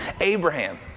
Abraham